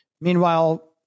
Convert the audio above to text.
Meanwhile